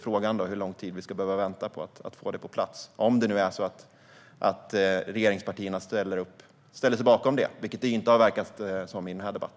Frågan är hur lång tid vi ska behöva vänta på att få detta på plats, om det nu är så att regeringspartierna ställer sig bakom det, vilket det inte har verkat som i denna debatt.